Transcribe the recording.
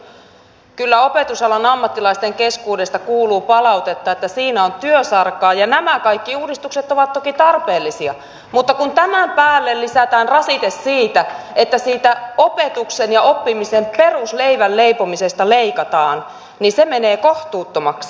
huhhuh kyllä opetusalan ammattilaisten keskuudesta kuuluu palautetta että siinä on työsarkaa ja nämä kaikki uudistukset ovat toki tarpeellisia mutta kun tämän päälle lisätään rasite siitä että siitä opetuksen ja oppimisen perusleivän leipomisesta leikataan se menee kohtuuttomaksi